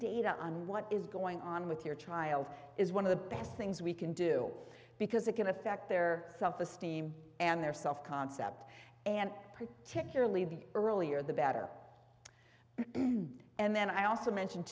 data on what is going on with your child is one of the best things we can do because it can affect their self esteem and their self concept and particularly the earlier the better and then i also mention